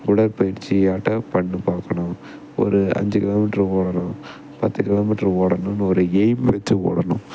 உடற்பயிற்சியாட்டம் பண்ணு பார்க்கணும் ஒரு அஞ்சு கிலோமீட்ரு ஓடணும் பத்து கிலோமீட்ரு ஓடணுன்னு ஒரு எய்ம் வச்சு ஓடணும்